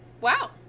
Wow